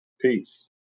Peace